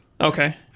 Okay